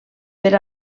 per